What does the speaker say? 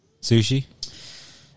Sushi